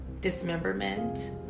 dismemberment